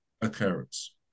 occurrence